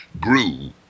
grew